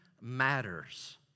matters